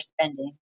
spending